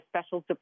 special